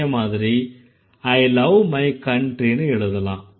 இதே மாதிரி I love my country ன்னும் எழுதலாம்